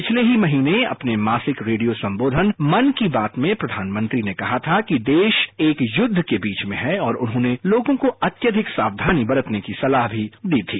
पिछले ही महीने अपने मासिक रेडियो संबोधन मन की बात में प्रधानमंत्री ने कहा था कि देश एक युद्ध के बीच में है और उन्होंने लोगों को अत्यधिक सावधानी बरतने की सलाह भी दी थी